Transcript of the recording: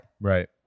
Right